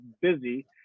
busy